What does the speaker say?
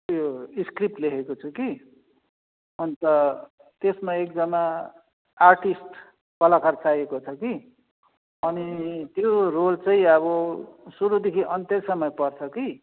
उयो स्क्रिप्ट लेखेको छु कि अन्त त्यसमा एकजना आर्टिस्ट कलाकार चाहिएको छ कि अनि त्यो रोल चाहिँ अब सुरुदेखि अन्त्यैसम्म पर्छ कि